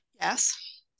Yes